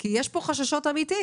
כי יש פה חששות אמיתיים.